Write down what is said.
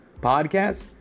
podcast